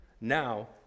now